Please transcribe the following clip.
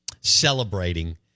celebrating